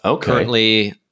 currently –